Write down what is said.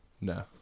No